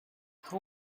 how